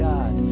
God